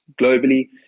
globally